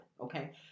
okay